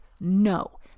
No